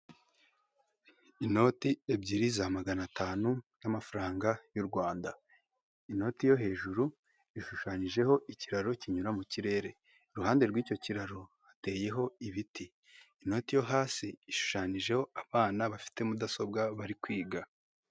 Inoti ebyiri za magana atanu z'amafaranga y'u Rwanda inoti yo hejuru ishushanyijeho ikiraro kinyura mu kirere, iruhande rw'icyo kiraro hateyeho ibiti, inoti yo hasi ishushanyijeho abana bafite mudasobwa bari kwiga.